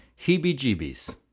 heebie-jeebies